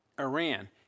Iran